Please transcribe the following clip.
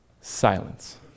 Silence